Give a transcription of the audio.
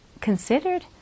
considered